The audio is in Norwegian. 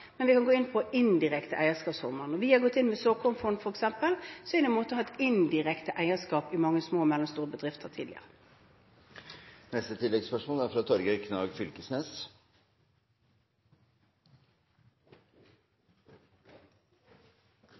men vi kan gå inn på indirekte eierskapsformer. Når vi har gått inn med såkornfond f.eks., er det inn mot å ha et indirekte eierskap i mange små og mellomstore bedrifter. Torgeir Knag Fylkesnes – til oppfølgingsspørsmål Eg takkar spørsmålsstillaren. Dette er